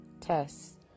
tests